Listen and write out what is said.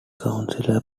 councilor